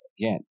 again